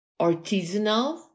artisanal